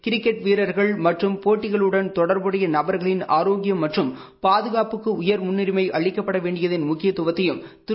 cricket வீரர்கள் மற்றும் போட்டிகளுடன் தொடர்புடைய நபர்களின் ஆரோக்கியம் மற்றும் பாதுகாப்புக்கு உயர் முன்னுரிஸ் அளிக்கப்பட வேண்டியதன் முக்கியத்துவத்தையும் திரு